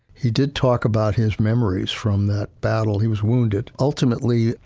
he did talk about his memories from that battle, he was wounded. ultimately,